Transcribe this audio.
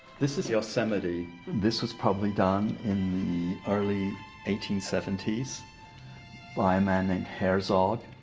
this is yosemite. this was probably done in the early eighteen seventy s by a man named herzog.